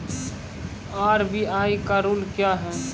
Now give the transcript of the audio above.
RBI का rule क्या हैं?